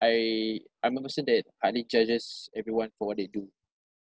I I'm a person that hardly judges everyone for what they do